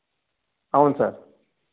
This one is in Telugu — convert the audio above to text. అవును సార్